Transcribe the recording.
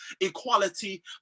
equality